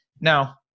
Now